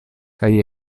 kaj